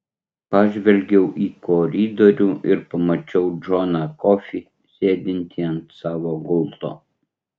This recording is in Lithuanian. pažvelgiau į koridorių ir pamačiau džoną kofį sėdintį ant savo gulto